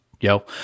yo